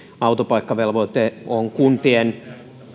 autopaikkavelvoite on kuntien